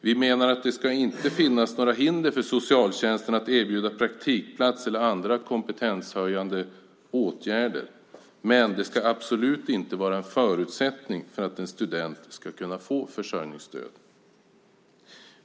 Vi menar att det inte ska finnas några hinder för socialtjänsten att erbjuda praktikplats eller andra kompetenshöjande åtgärder, men det ska absolut inte vara en förutsättning för att en student ska kunna få försörjningsstöd.